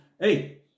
Hey